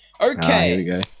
Okay